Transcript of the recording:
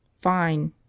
Fine